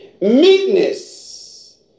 Meekness